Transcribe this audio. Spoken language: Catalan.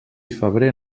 febrer